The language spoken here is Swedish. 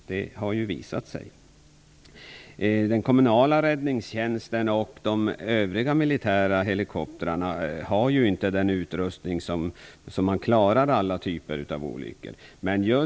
Det har ju visat sig. Den kommunala räddningstjänsten och de övriga militära helikoptrarna har inte den utrustning som gör att de klarar alla typer av olyckor.